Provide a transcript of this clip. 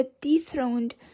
dethroned